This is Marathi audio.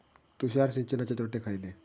तुषार सिंचनाचे तोटे खयले?